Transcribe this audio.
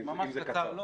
ממש בקצרה,